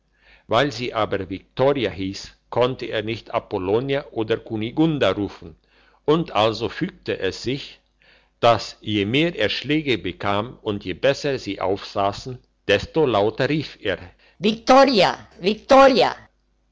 weil sie aber viktoria hiess konnte er nicht apollonia oder kunigunda rufen und also fügete es sich dass je mehr er schläge bekam und je besser sie aufsassen desto lauter rief er viktoria viktoria